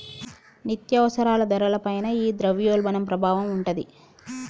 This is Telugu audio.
నిత్యావసరాల ధరల పైన ఈ ద్రవ్యోల్బణం ప్రభావం ఉంటాది